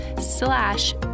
slash